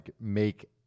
make